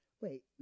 Wait